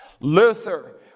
Luther